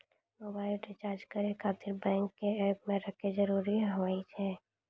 Mobile recharge करे खातिर bank के ऐप रखे जरूरी हाव है?